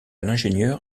l’ingénieur